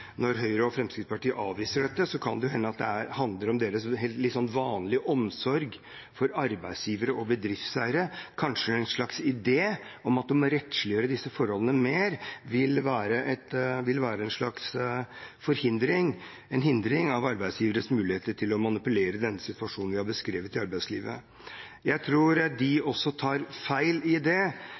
Når Høyre og Fremskrittspartiet avviser dette, kan det jo hende at det handler om deres litt vanlige omsorg for arbeidsgivere og bedriftseiere – kanskje en slags idé om at å rettsliggjøre disse forholdene mer vil være å hindre arbeidsgiveres muligheter til å manipulere den situasjonen i arbeidslivet som vi har beskrevet. Jeg tror de også tar feil i det.